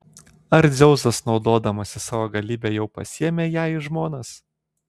ar dzeusas naudodamasis savo galybe jau pasiėmė ją į žmonas